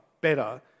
better